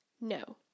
No